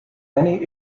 many